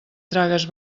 tragues